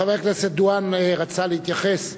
חבר הכנסת דואן רצה להתייחס לנושא,